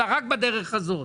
אלא רק בדרך הזאת.